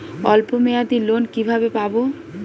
অল্প মেয়াদি লোন কিভাবে পাব?